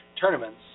tournaments